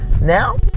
Now